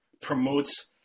Promotes